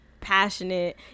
passionate